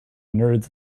nerds